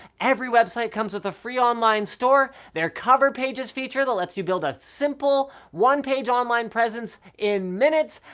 every website comes with a free online store, their cover pages feature that lets you build a simple, one page online presence in minutes,